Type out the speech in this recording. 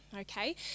okay